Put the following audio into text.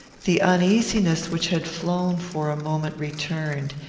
the uneasiness which had flown for a moment returned,